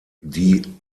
die